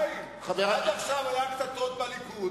חיים, עד עכשיו קטטות בליכוד,